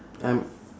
I'm